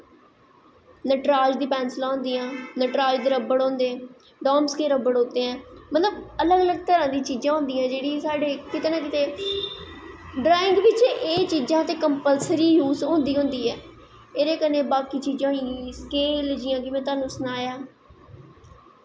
नटराज़ दी पैसलां होदियां नटराज़ दे रब्बड़ होंदे डॉमस दे रब्बड़ होंदा ऐं मतलव अलग अलग तरां दियां चीज़ां होंदियां जेह्ड़े साढ़े किते ना किते ड्राईंग बिच्च ते एह् चीज़ कंप्लसरी यूस होंदी गै होंदी ऐ एह्दे कन्नै बाकी चीज़ बी स्केल जियां कि में तुहानू सनाया